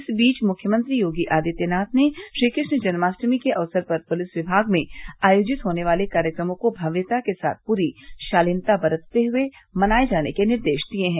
इस बीच मुख्यमंत्री योगी आदित्यनाथ ने श्रीकृष्ण जन्माष्टमी के अवसर पर पुलिस विभाग में आयोजित होने वाले कार्यक्रमों को भव्यता के साथ पूरी शालीनता बरतते हुए मनाए जाने के निर्देश दिए हैं